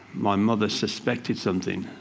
my mother suspected something,